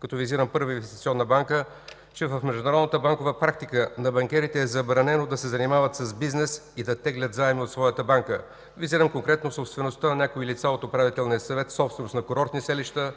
като визирам Първа инвестиционна банка, че в международната банкова практика на банкерите е забранено да се занимават с бизнес и да теглят заеми от своята банка. Визирам конкретно собствеността на някои лица от Управителния съвет – собственост на курортни селища,